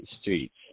streets